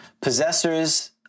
possessors